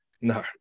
no